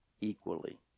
Equally